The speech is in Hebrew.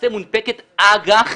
מונפקת למעשה אג"ח.